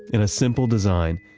in a simple design,